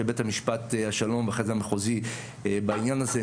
בית משפט השלום ואחרי זה המחוזי בעניין הזה,